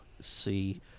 see